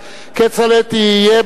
מיידי,